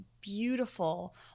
beautiful